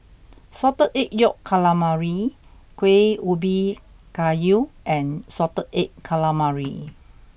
salted egg yolk calamari kueh ubi kayu and salted egg calamari